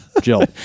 Jill